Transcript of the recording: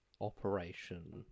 Operation